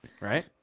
Right